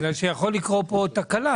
בגלל שיכול לקרות פה תקלה,